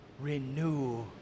Renew